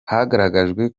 hagaragajwe